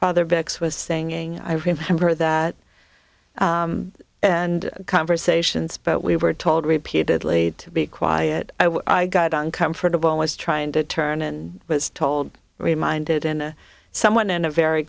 father bex was singing i remember that and conversations but we were told repeatedly to be quiet i got uncomfortable always trying to turn and was told reminded and someone in a very